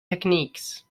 techniques